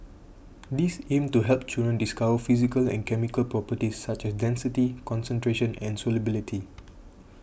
these aim to help children discover physical and chemical properties such as density concentration and solubility